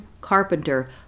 Carpenter